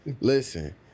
Listen